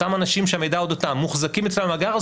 אותם אנשים שהמידע אודותם מוחזקים אצלה במאגר,